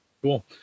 Cool